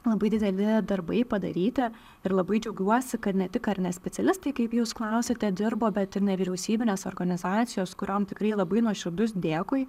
labai dideli darbai padaryti ir labai džiaugiuosi kad ne tik ar ne specialistai kaip jūs klausiate dirbo bet ir nevyriausybinės organizacijos kuriom tikrai labai nuoširdus dėkui